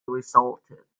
resulted